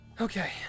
Okay